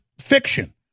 fiction